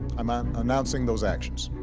i'm i'm announcing those actions.